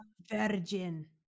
Virgin